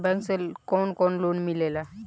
Bank से कौन कौन लोन मिलेला?